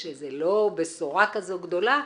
שזה לא בשורה כזו גדולה,